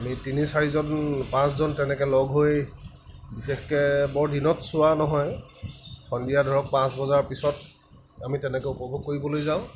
আমি তিনি চাৰিজন পাঁচজন তেনেকৈ লগ হৈ বিশেষকৈ বৰ দিনত চোৱা নহয় সন্ধিয়া ধৰক পাঁচ বজাৰ পিছত আমি তেনেকৈ উপভোগ কৰিবলৈ যাওঁ